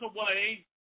away